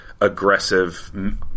aggressive